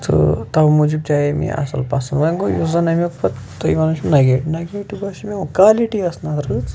تہٕ تَوٕ موٗجوٗب تہِ آیے مےٚ یہِ اَصٕل پَسنٛد وَۄنۍ گوٚو یُس زَن اَمیُک پَتہٕ تُہۍ وَنان چھُ نَگیٹِو نَگیٹِو باسیو مےٚ کالِٹی ٲس نہٕ اَتھ رٕژ